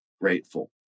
grateful